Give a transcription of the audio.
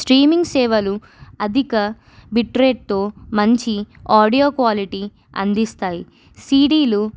streaming సేవలు అధిక బిట్రేట్తో మంచి ఆడియో క్వాలిటీ అందిస్తాయి సిడీలు